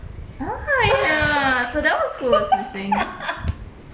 ah ya so that was who was missing